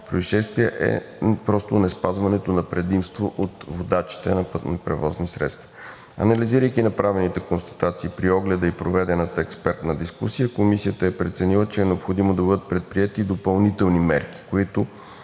произшествия е просто неспазването на предимство от водачите на пътни превозни средства. Анализирайки направените констатации при огледа и проведената експертна дискусия, комисията е преценила, че е необходимо да бъдат предприети допълнителни мерки, които